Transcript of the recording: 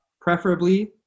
preferably